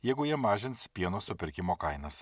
jeigu jie mažins pieno supirkimo kainas